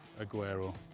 Aguero